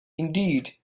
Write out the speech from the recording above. indeed